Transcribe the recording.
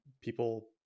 people